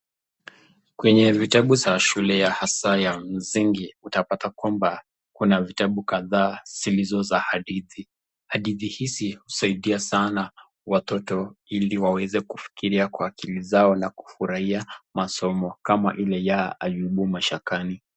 Kwenye vitabu ya shule hasa ya msingi, tutapata kwamba kuna vitabu kadhaa zilizo za hadithi. Hadithi hizi husaidia sana watoto ili waweze kufikiria kwa akili zao na kufurahia masomo, kama ili ya ayubu mashakani.